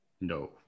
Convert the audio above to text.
No